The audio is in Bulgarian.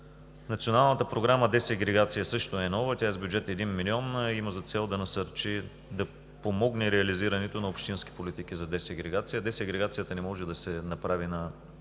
Националната програма „Десегрегация“ също е нова. Тя е с бюджет 1 млн. лв. и има за цел да помогне реализирането на общински политики за десегрегация. Десегрегацията не може да се направи на